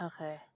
Okay